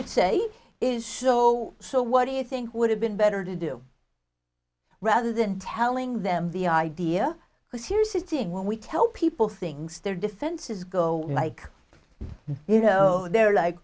could say is so so what do you think would have been better to do rather than telling them the idea because here's a thing when we tell people things their defenses go like you know they're like